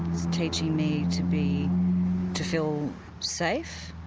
it's teaching me to me to feel safe,